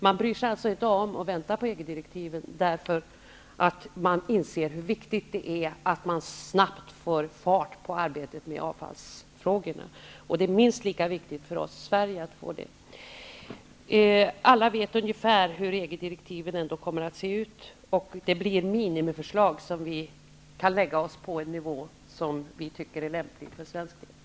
Man bryr sig alltså inte om att vänta på EG direktiven, därför att man inser hur viktigt det är att snabbt få fart på arbetet med avfallsfrågorna. Det är minst lika viktigt för oss i Sverige. Alla vet ändå ungefär hur EG-direktiven kommer att se ut. Det blir minimiregler, och vi kan lägga oss på en högre nivå som vi tycker är lämplig för svensk del.